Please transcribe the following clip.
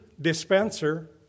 dispenser